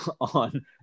on